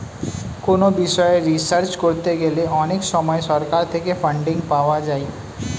কোনো বিষয়ে রিসার্চ করতে গেলে অনেক সময় সরকার থেকে ফান্ডিং পাওয়া যায়